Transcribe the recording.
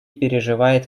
переживает